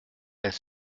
elle